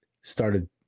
started